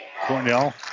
Cornell